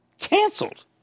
canceled